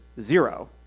zero